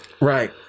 right